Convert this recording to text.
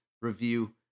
review